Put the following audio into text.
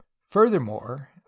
Furthermore